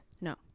No